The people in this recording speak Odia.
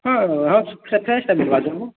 ହଁ ହଁ ଫ୍ରେସ୍ଟା ମିଲ୍ବା ଯେ